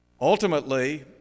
Ultimately